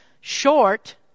short